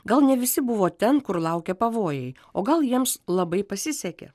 gal ne visi buvo ten kur laukia pavojai o gal jiems labai pasisekė